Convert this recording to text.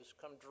come